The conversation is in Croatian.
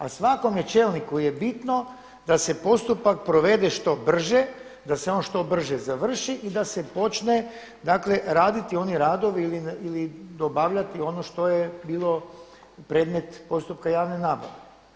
A svakome čelniku je bitno da se postupak provede što brže, da se on što brže završi i da se počne dakle raditi oni radovi ili dobavljati ono što je bilo predmet postupka javne nabave.